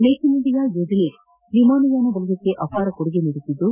make in India ಯೋಜನೆಯು ವಿಮಾನಯಾನ ವಲಯಕ್ಕೆ ಅಪಾರ ಕೊಡುಗೆ ನೀಡುತ್ತಿದ್ದು